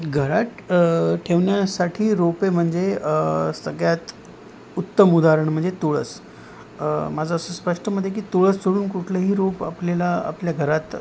घरात ठेवण्यासाठी रोपे म्हणजे सगळ्यात उत्तम उदाहरण म्हणजे तुळस माझं असं स्पष्ट मत आहे की तुळस सोडून कुठलंही रोप आपल्याला आपल्या घरात